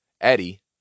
Eddie